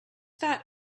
that